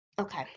Okay